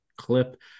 clip